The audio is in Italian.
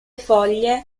foglie